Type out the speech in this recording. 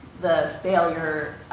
the failure,